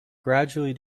gradually